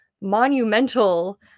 monumental